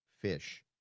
fish